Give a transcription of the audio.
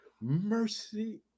Mercy